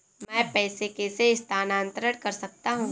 मैं पैसे कैसे स्थानांतरण कर सकता हूँ?